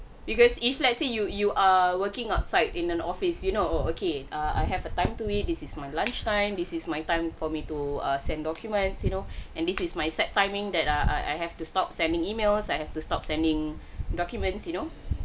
because if let's say you you are working outside in an office you know oo okay uh I have a time to eat this is my lunch time this is my time for me to err send documents you know and this is my set timing that err I I have to stop sending emails I have to stop sending documents you know